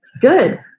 good